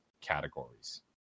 categories